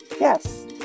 Yes